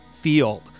field